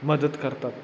मदत करतात